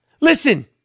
Listen